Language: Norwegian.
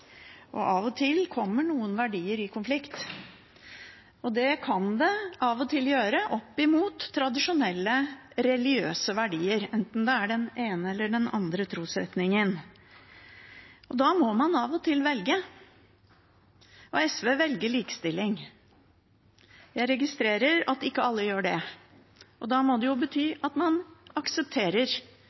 Av og til kommer noen verdier i konflikt. Det kan det av og til gjøre opp mot tradisjonelle religiøse verdier, enten det er den ene eller den andre trosretningen. Da må man av og til velge, og SV velger likestilling. Jeg registrerer at ikke alle gjør det. Det må bety at man aksepterer